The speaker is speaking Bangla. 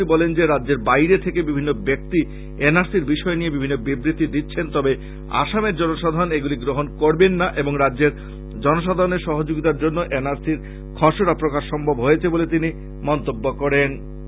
তিনি বলেন যে রাজ্যের বাইরে থেকে বিভিন্ন ব্যক্তি এন আর সির বিষয় নিয়ে বিভিন্ন বিবৃতি দিচ্ছেন তবে আসামের জনসাধারণ এগুলি গ্রহন করবেনা এবং রাজ্যের জনসাধারণের সহযোগিতার জন্য ই এই এন আর সির খসড়া প্রকাশ সম্ভব হয়েছে বলে তিনি মন্তব্য করেন